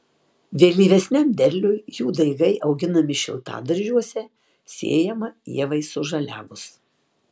vėlyvesniam derliui jų daigai auginami šiltadaržiuose sėjama ievai sužaliavus